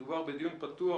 מדובר בדיון פתוח,